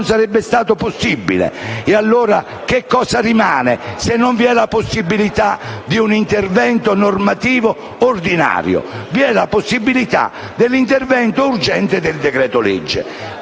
sarebbe stato possibile. E allora che cosa rimane, se non vi è la possibilità di un intervento normativo ordinario? Vi è la possibilità dell'intervento urgente del decreto-legge,